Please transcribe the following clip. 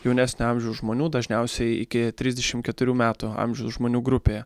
jaunesnio amžiaus žmonių dažniausiai iki trisdešim keturių metų amžiaus žmonių grupėje